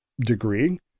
degree